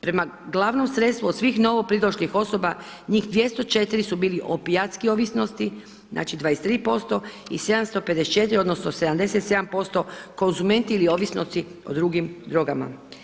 Prema glavnom sredstvu od svih novo pridošlih osoba njih 204 su bili opijatski ovisnosti znači 23% u 754 odnosno 77% konzumenti ili ovisnici o drugim drogama.